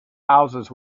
houses